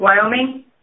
Wyoming